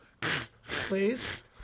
Please